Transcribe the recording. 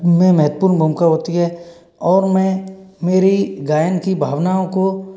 में महत्वपूर्ण भूमिका होती है और मैं मेरी गायन की भावनाओं को